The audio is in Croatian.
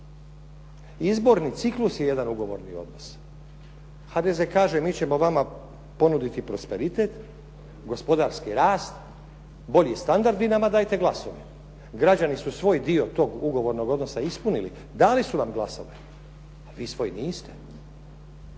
Izborni ciklus je jedan ugovorni odnos. HDZ kaže, mi ćemo vama ponuditi prosperitet, gospodarski rast, bolji standard, vi nama dajte glasove. Građani su svoj dio tog ugovornog odnosa ispunili, dali su vam glasove, a vi svoj niste.